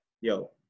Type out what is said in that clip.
yo